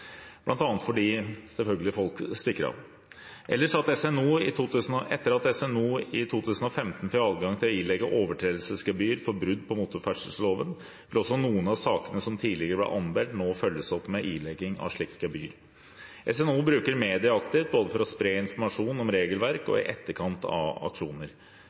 fordi folk selvfølgelig stikker av. Etter at SNO i 2015 fikk adgang til å ilegge overtredelsesgebyr for brudd på motorferdselloven, vil også noen av sakene som tidligere ble anmeldt, nå følges opp med ilegging av slikt gebyr. SNO bruker media aktivt, både for å spre informasjon om regelverk og i etterkant av aksjoner.